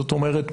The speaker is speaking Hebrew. זאת אומרת,